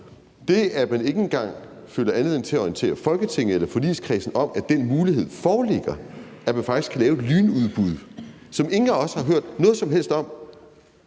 det, at man ikke engang føler anledning til at orientere Folketinget eller forligskredsen om, at den mulighed foreligger, at man faktisk kan lave et lynudbud, som ingen af os har hørt noget som helst om.